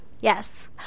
Yes